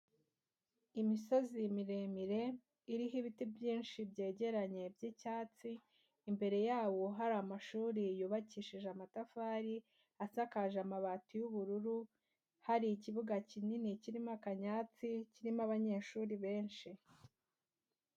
Imisozi miremire iriho ibiti byinshi byegeranye by'icyatsi, imbere yawo hari amashuri yubakishije amatafari, asakaje amabati y'ubururu hari ikibuga kinini kirimo akanyansi, kirimo abanyeshuri benshi.